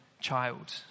child